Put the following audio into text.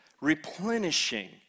Replenishing